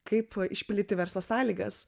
kaip išpildyti verslo sąlygas